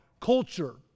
culture